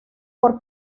por